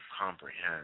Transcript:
comprehend